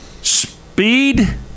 Speed